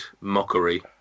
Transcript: mockery